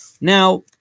Now